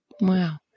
Wow